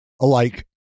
alike